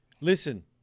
listen